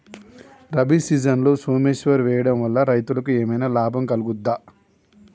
రబీ సీజన్లో సోమేశ్వర్ వేయడం వల్ల రైతులకు ఏమైనా లాభం కలుగుద్ద?